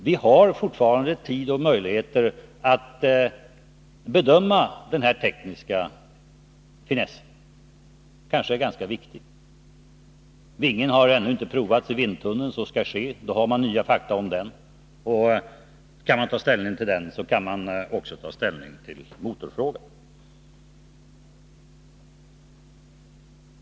Vi har fortfarande tid och möjligheter att bedöma denna tekniska finess. Det kanske är ganska viktigt. Vingen har ännu inte provats i vindtunnel. Men det skall ske. Då har man nya fakta om det. Och kan man ta ställning till det, underlättar det också ställningstaganden till modifieringar.